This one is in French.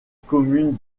commune